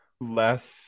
less